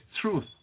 truth